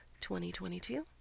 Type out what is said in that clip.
2022